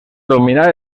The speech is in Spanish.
dominar